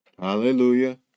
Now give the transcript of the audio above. Hallelujah